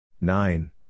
Nine